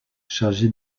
chargé